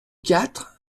quatre